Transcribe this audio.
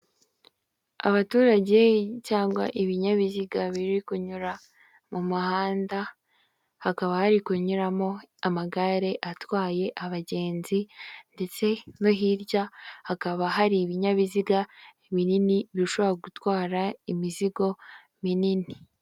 Abaturage cyangwa ibinyabiziga biri kunyura mu muhanda, hakaba hari kunyuramo amagare atwaye abagenzi ndetse no hirya hakaba hari ibinyabiziga binini, bishobora gutwara imizigo minini.